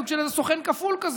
סוג של סוכן כפול כזה.